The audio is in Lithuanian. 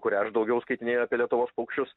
kurią aš daugiau skaitinėju apie lietuvos paukščius